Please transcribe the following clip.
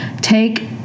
take